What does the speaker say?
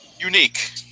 unique